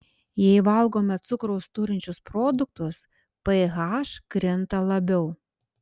jei valgome cukraus turinčius produktus ph krinta labiau